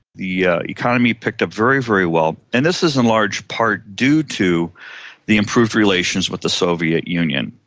the yeah economy picked up very, very well. and this is in large part due to the improved relations with the soviet union.